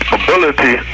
ability